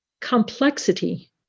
complexity